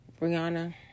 Brianna